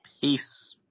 Peace